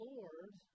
Lord